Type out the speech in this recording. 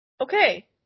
Okay